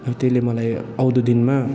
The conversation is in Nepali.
अब त्यसले मलाई आउँदो दिनमा